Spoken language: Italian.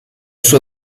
suo